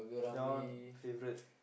that one favorite